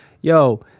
yo